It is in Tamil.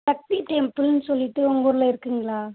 சக்தி டெம்ப்பிள்னு சொல்லிட்டு உங்கள் ஊரில் இருக்குங்ளா